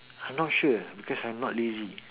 I not sure leh because I'm not lazy